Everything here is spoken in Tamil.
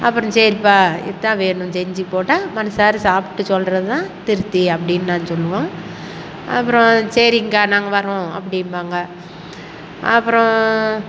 அப்புறம் சரிப்பா இதுதான் வேணுன்னு செஞ்சு போட்டால் மனதார சாப்பிட்டு சொல்கிறது தான் திருப்தி அப்படின்னு நான் சொல்லுவோம் அப்புறம் சரிங்க்கா நாங்கள் வரோம் அப்படிம்பாங்க அப்புறம்